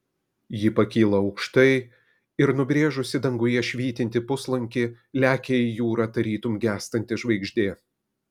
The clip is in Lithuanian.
ji pakyla aukštai ir nubrėžusi danguje švytintį puslankį lekia į jūrą tarytum gęstanti žvaigždė